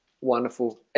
Wonderful